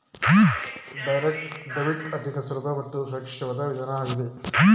direct debit ಅತ್ಯಂತ ಸುಲಭ ಮತ್ತು ಸುರಕ್ಷಿತವಾದ ವಿಧಾನ ಆಗಿದೆ